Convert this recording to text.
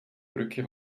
brücke